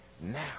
now